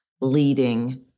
leading